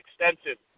extensive